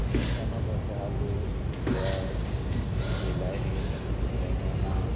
দোকানত আছে আলু পিঁয়াজ বিলাহী বেঙেনা